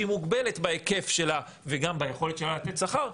שהיא מוגבלת בהיקף שלה וגם ביכולת שלה לתת שכר,